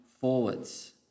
forwards